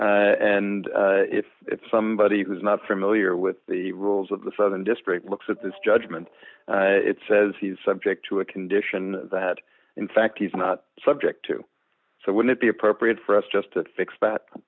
transferred and if it's somebody who is not familiar with the rules of the southern district looks at this judgment it says he's subject to a condition that in fact he's not subject to so would it be appropriate for us just to fix that